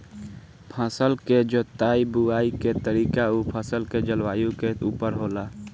फसल के जोताई बुआई के तरीका उ फसल के जलवायु के उपर होला